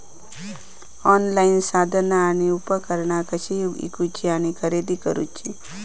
Online साधना आणि उपकरणा कशी ईकूची आणि खरेदी करुची?